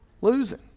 losing